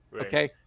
okay